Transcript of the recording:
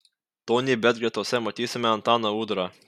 tonybet gretose matysime antaną udrą